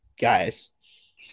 guys